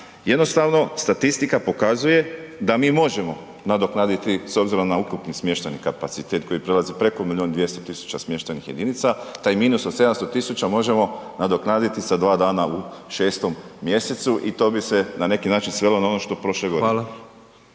jednostavno statistika pokazuje da mi možemo nadoknaditi s obzirom na ukupni smještajni kapacitet koji prelazi preko milijun i 200 000 smještajnih jedinica, taj minus od 700 000 možemo nadoknaditi sa 2 dana u 6. mj. i to bi se na neki način svelo na ono što je prošle godine.